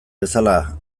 bezala